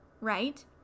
right